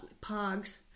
pogs